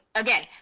again,